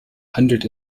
handelt